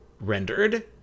rendered